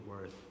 worth